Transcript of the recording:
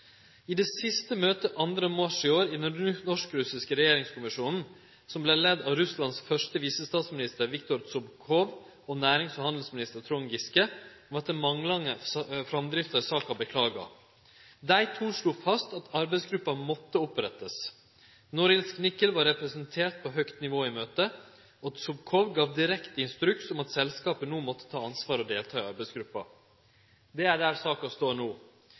I det siste møtet, den 2. mars i år, i den norsk-russiske regjeringskommisjonen, som vart leia av Russlands første visestatsminister Viktor Zubkov og nærings- og handelsminister Trond Giske, vart den manglande framdrifta i saka beklaga. Dei to slo fast at arbeidsgruppa måtte opprettast. Norilsk Nickel var representert på høgt nivå i møtet, og Zubkov gav direkte instruks om at selskapet no måtte ta ansvar og delta i arbeidsgruppa. Det er der saka står no.